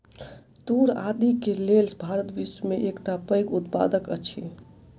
तूर आदि के लेल भारत विश्व में एकटा पैघ उत्पादक अछि